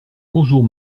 bonjour